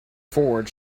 forward